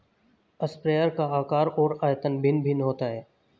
sprayer का आकार और आयतन भिन्न भिन्न होता है